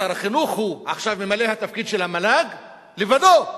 שר החינוך הוא עכשיו ממלא התפקיד של המל"ג לבדו,